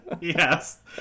Yes